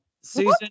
Susan